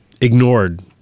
ignored